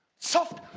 soft!